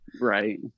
Right